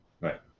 Right